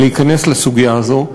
להיכנס לסוגיה הזו.